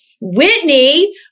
Whitney